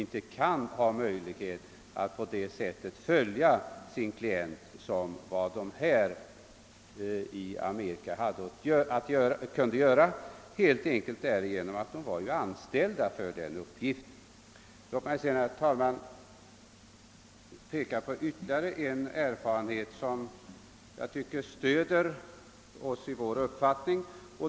Övervakarna i vårt land kan alltså inte följa sina klienter på samma sätt som övervakarna i Amerika, vilka är anställda särskilt för denna uppgift. Låt mig sedan, herr talman, få peka på ytterligare en erfarenhet som enligt min mening stöder vår uppfattning.